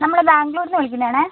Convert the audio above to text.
നമ്മൾ ബാംഗ്ലൂരിൽ നിന്ന് വിളിക്കുന്നതാണേ